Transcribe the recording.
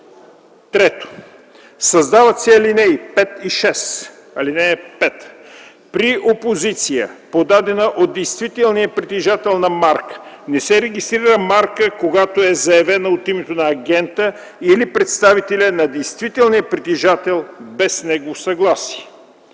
3. Създават се ал. 5 и 6: „(5) При опозиция, подадена от действителния притежател на марка, не се регистрира марка, когато е заявена от името на агента или представителя на действителния притежател без негово съгласие.